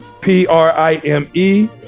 P-R-I-M-E